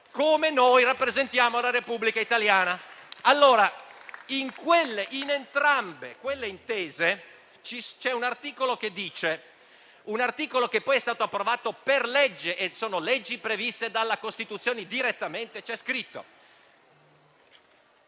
come noi rappresentanti la Repubblica italiana. In entrambe quelle intese c'è un articolo che poi è stato approvato per legge (sono leggi previste direttamente dalla Costituzione), dove c'è scritto: